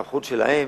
והסמכות היא שלהם.